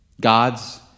God's